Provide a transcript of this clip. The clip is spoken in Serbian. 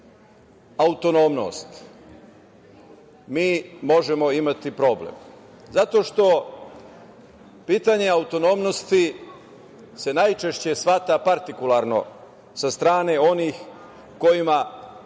autonomnost, mi možemo imati problem, zato što se pitanje autonomnosti najčešće shvata partikularno od strane onih kojima